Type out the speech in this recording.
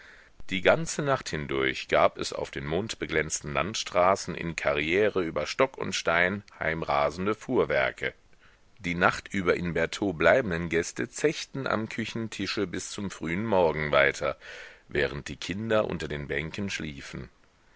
die ganze nacht hindurch gab es auf den mondbeglänzten landstraßen in karriere über stock und stein heimrasende fuhrwerke die nachtüber in bertaux bleibenden gäste zechten am küchentische bis zum frühen morgen weiter während die kinder unter den bänken schliefen